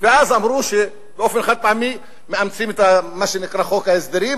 ואז אמרו שבאופן חד-פעמי מאמצים את מה שנקרא חוק ההסדרים,